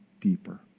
deeper